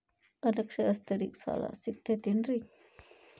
ಅನಕ್ಷರಸ್ಥರಿಗ ಸಾಲ ಸಿಗತೈತೇನ್ರಿ?